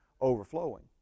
overflowing